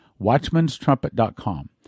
Watchmanstrumpet.com